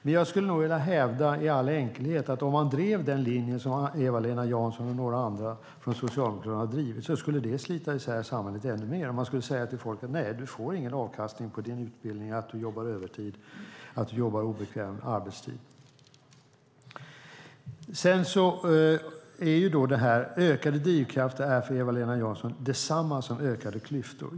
Men i all enkelhet skulle jag nog vilja hävda att om man drev den linje som Eva-Lena Jansson och några andra från Socialdemokraterna driver skulle det slita isär samhället ännu mer. Man skulle därmed säga till folk: Nej, du får ingen avkastning på din utbildning, på att du jobbar övertid eller på att du jobbar på obekväm arbetstid. Ökade drivkrafter är för Eva-Lena Jansson detsamma som ökade klyftor.